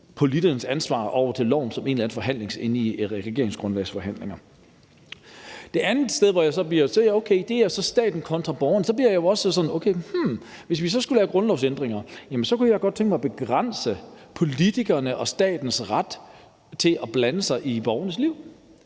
politikernes ansvar over for loven som en eller anden forhandlingsposition i regeringsgrundlagsforhandlinger. Det er så staten kontra borgerne. Men så bliver jeg jo også sådan: Okay, hm, hvis vi så skulle lave grundlovsændringer, kunne jeg godt tænke mig at begrænse politikernes og statens ret til at blande sig i borgernes liv.